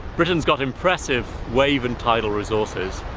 britain's got impressive wave and tidal resources,